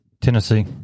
Tennessee